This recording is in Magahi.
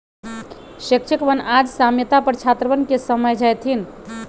शिक्षकवन आज साम्यता पर छात्रवन के समझय थिन